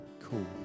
cool